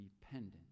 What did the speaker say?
dependent